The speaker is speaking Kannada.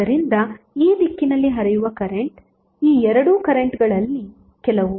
ಆದ್ದರಿಂದ ಈ ದಿಕ್ಕಿನಲ್ಲಿ ಹರಿಯುವ ಕರೆಂಟ್ ಈ ಎರಡು ಕರೆಂಟ್ಗಳಲ್ಲಿ ಕೆಲವು